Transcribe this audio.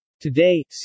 Today